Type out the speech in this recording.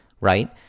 right